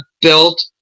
built